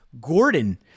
Gordon